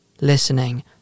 listening